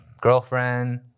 Girlfriend